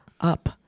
up